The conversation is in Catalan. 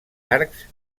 arcs